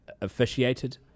officiated